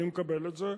אני מקבל את זה,